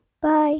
bye